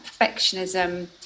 perfectionism